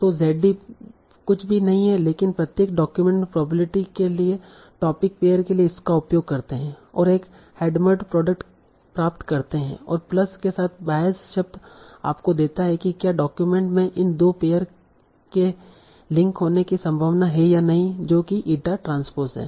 तो Z d कुछ भी नहीं है लेकिन प्रत्येक डॉक्यूमेंट में प्रोबेबिलिटी के टोपिक पेअर के लिए इसका उपयोग करते हैं और एक हैडमर्ड प्रोडक्ट प्राप्त करते हैं और प्लस के साथ बायस शब्द आपको देता है कि क्या डॉक्यूमेंट में इन दो पेअर के लिंक होने की संभावना है या नहीं है जो की ईटा ट्रांस्पोस है